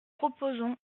proposons